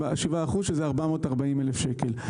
שזה 440,000 שקלים.